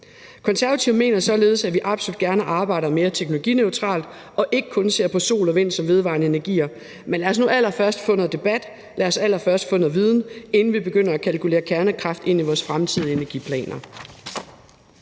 Konservative mener således, at vi absolut gerne arbejder mere teknologineutralt og ikke kun ser på sol og vind som vedvarende energiformer. Men lad os nu allerførst få noget debat, lad os allerførst få noget viden, inden vi begynder at kalkulere kernekraft ind i vores fremtidige energiplaner.